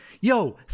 Yo